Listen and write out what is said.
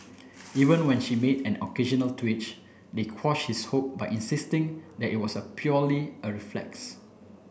even when she made an occasional twitch they quash his hope by insisting that it was a purely a reflex